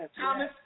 Thomas